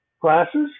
Classes